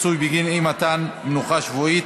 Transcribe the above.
פיצוי בגין אי-מתן מנוחה שבועית),